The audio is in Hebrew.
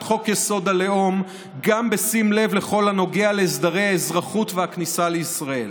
חוק-יסוד: הלאום גם בשים לב לכל הנוגע להסדרי האזרחות והכניסה לישראל.